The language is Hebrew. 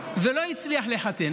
ולא הצליח לחתן.